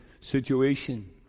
situation